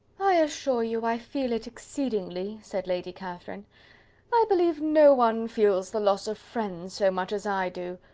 i assure you, i feel it exceedingly, said lady catherine i believe no one feels the loss of friends so much as i do.